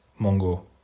Mongo